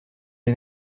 les